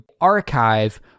archive